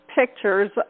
pictures